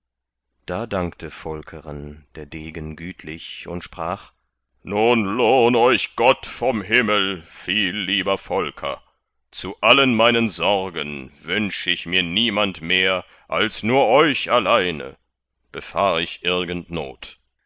da dankte volkeren der degen gütlich und sprach nun lohn euch gott vom himmel viel lieber volker zu allen meinen sorgen wünsch ich mir niemand mehr als nur euch alleine befahr ich irgend not